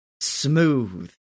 smooth